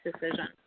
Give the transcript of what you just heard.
decision